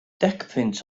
decpunt